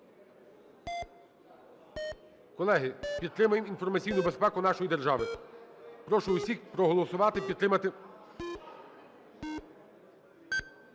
Колеги, підтримаємо інформаційну безпеку нашої держави. Прошу всіх проголосувати і підтримати.